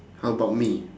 how about me